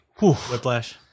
whiplash